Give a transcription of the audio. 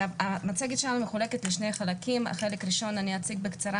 המצגת שלנו מחולקת לשני חלקים: את החלק הראשון אציג בקצרה,